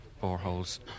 boreholes